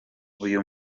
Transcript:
uyu